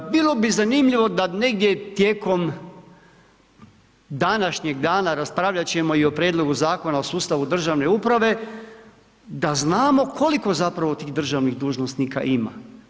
Bilo bi zanimljivo da negdje tijekom današnjeg dana, raspravljat ćemo i o Prijedlogu Zakona o sustavu državne uprave da znamo koliko zapravo tih državnih dužnosnika ima.